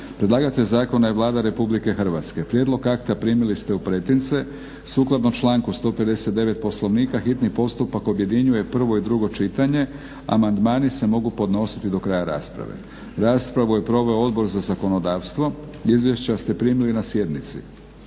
Predlagatelj zakona je Vlada Republike Hrvatske. Prijedlog akta primili ste u pretince. Sukladno članku 159. Poslovnika hitni postupak objedinjuje prvo i drugo čitanje. Amandmani se mogu podnositi do kraja rasprave. Raspravu je proveo Odbor za zakonodavstvo. Izvješća ste primili na sjednici.